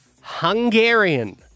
Hungarian